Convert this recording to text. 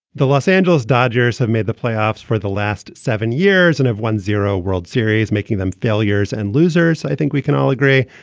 the los angeles dodgers have made the playoffs for the last seven years and have won zero world series making them them failures and losers. i think we can all agree.